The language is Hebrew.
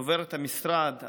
דוברת המשרד,